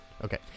Okay